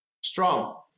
Strong